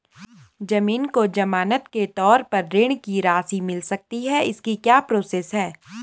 ज़मीन को ज़मानत के तौर पर ऋण की राशि मिल सकती है इसकी क्या प्रोसेस है?